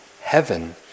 heaven